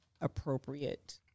appropriate